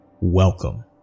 Welcome